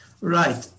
Right